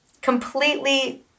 completely